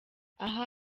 aha